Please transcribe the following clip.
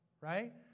right